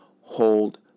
hold